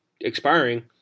expiring